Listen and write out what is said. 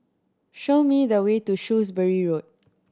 show me the way to Shrewsbury Road